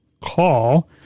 call